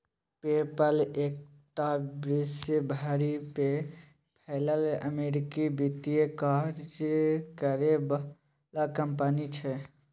पे पल एकटा विश्व भरि में फैलल अमेरिकी वित्तीय काज करे बला कंपनी छिये